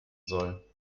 soll